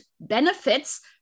benefits